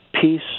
peace